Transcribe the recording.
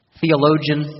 theologian